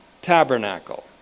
tabernacle